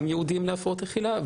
גם ייעודיים להפרעות אכילה,